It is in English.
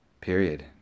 period